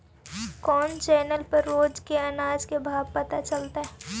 कोन चैनल पर रोज के अनाज के भाव पता चलतै?